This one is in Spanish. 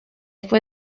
fue